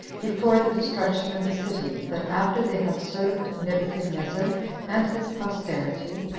before the destruction of the city, that after they had served nebuchadnezzar and his posterity,